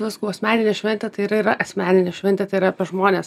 nes sakau asmeninė šventė tai ir yra asmeninė šventė tai yra pas žmones